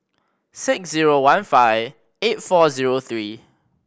six zero one five eight four zero three